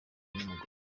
n’umugore